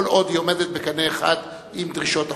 כל עוד היא עולה בקנה אחד עם דרישות החוק.